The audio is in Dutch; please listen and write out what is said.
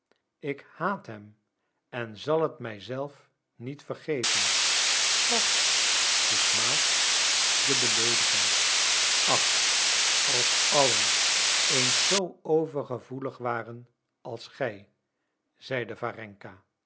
ik haat hem en zal het mij zelf niet vergeven wat den smaad de beleediging ach als allen eens zoo overgevoelig waren als gij zeide warenka